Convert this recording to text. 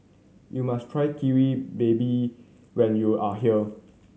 you must try Kari Babi when you are here